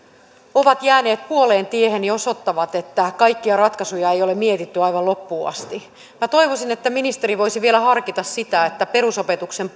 ovat jääneet puoleentiehen osoittavat että kaikkia ratkaisuja ei ole mietitty aivan loppuun asti toivoisin että ministeri voisi vielä harkita kun perusopetuksen